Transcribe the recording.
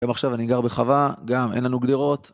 גם עכשיו אני גר בחווה, גם אין לנו גדרות